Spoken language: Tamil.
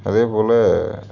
அதேபோல்